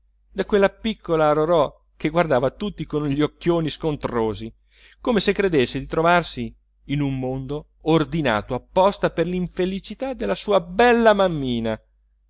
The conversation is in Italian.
da quella piccola rorò che guardava tutti con gli occhioni scontrosi come se credesse di trovarsi in un mondo ordinato apposta per l'infelicità della sua bella mammina